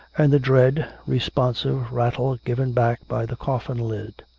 and the dread, responsive rattle given back by the coffin lid.